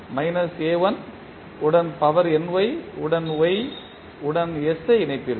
minus A 1 உடன் power ny உடன் y உடன் s ஐ இணைப்பீர்கள்